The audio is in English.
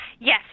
Yes